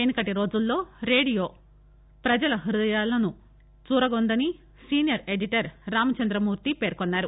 వెనకటి రోజుల్లో రేడియో ప్రజల హృదయాలను చూరగొన్న దని సీనియర్ ఎడిటర్ రామచంద్రమూర్తి పేర్కొన్నారు